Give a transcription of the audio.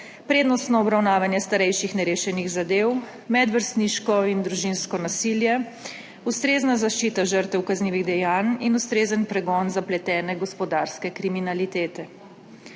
prednostno obravnavanje starejših nerešenih zadev, medvrstniško in družinsko nasilje, ustrezna zaščita žrtev kaznivih dejanj in ustrezen pregon zapletene gospodarske kriminalitete.